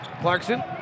Clarkson